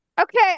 okay